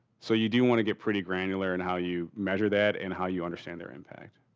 so, you do want to get pretty granular and how you measure that and how you understand their impact.